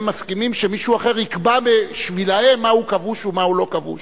הם מסכימים שמישהו אחר יקבע בשבילם מה הוא כבוש ומה הוא לא כבוש.